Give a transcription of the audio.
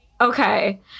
Okay